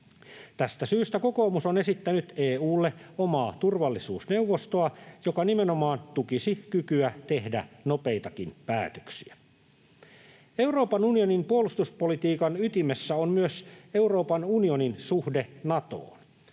Tästä syystä kokoomus on esittänyt EU:lle omaa turvallisuusneuvostoa, joka nimenomaan tukisi kykyä tehdä nopeitakin päätöksiä. Euroopan unionin puolustuspolitiikan ytimessä on myös Euroopan unionin suhde Natoon.